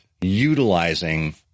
utilizing